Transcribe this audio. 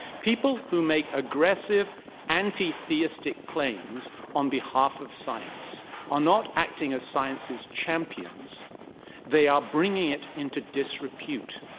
people who make aggressive anti-theistic claims on behalf of science are not acting as science's champions they are bringing it into disrepute.